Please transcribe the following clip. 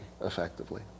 effectively